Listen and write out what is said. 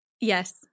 Yes